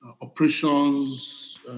operations